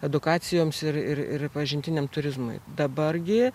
edukacijoms ir ir pažintiniam turizmui dabar gi